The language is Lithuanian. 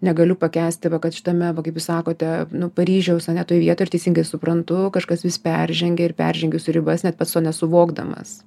negaliu pakęsti va kad šitame kaip jūs sakote nu paryžiaus ane toj vietoj aš teisingai suprantu kažkas vis peržengia ir peržengi jūsų ribas net pats to nesuvokdamas